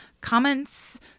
comments